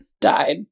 died